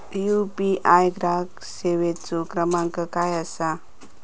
UPI ग्राहक सेवेचो क्रमांक काय असा?